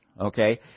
okay